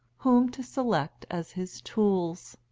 whom to select as his tools.